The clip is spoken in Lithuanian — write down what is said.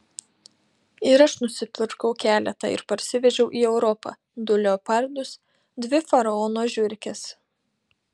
ir aš nusipirkau keletą ir parsivežiau į europą du leopardus dvi faraono žiurkes